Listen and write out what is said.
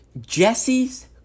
Jesse's